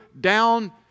down